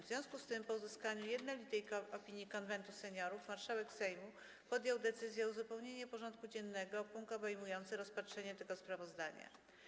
W związku z tym, po uzyskaniu jednolitej opinii Konwentu Seniorów, marszałek Sejmu podjął decyzję o uzupełnieniu porządku dziennego o punkt obejmujący rozpatrzenie tego sprawozdania.